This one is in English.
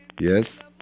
Yes